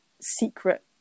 secret